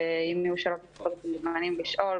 ואם יהיה שאלות אתם מוזמנים לשאול.